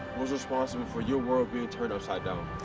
was responsible for your world being turned upside down?